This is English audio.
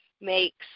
makes